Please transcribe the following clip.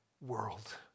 world